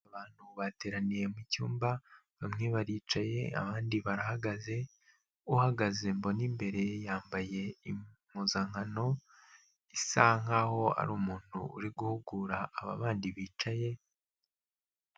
Abantu bateraniye mu cyumba, bamwe baricaye abandi barahagaze, uhagaze mbona imbere yambaye impuzankano isa nk'aho ari umuntu uri guhugura aba bandi bicaye.